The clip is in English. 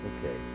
Okay